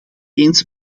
eens